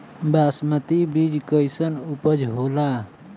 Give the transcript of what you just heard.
बासमती बीज कईसन उपज होला?